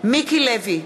מיקי לוי,